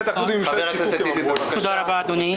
תודה רבה אדוני.